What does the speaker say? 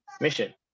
mission